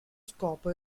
scopo